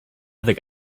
other